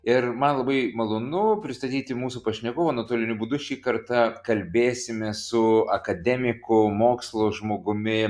ir man labai malonu pristatyti mūsų pašnekovą nuotoliniu būdu šį kartą kalbėsimės su akademiku mokslo žmogumi